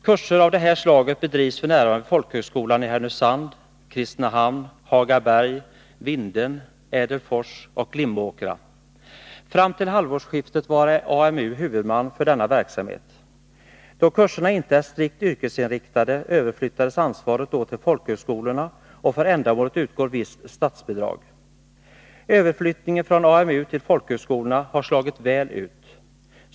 Kurser av det här slaget bedrivs f. n. vid folkhögskolan i Härnösand, Kristinehamn, Hagaberg, Vindeln, Ädelfors och Glimåkra. Fram till halvårsskiftet var AMU huvudman för denna verksamhet. Då kurserna inte är strikt yrkesinriktade överflyttades ansvaret till folkhögskolorna, och för ändamålet utgår visst statsbidrag. Överflyttningen från AMU till folkhögskolorna har slagit väl ut.